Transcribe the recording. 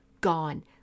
gone